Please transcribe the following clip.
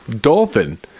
Dolphin